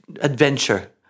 adventure